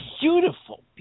beautiful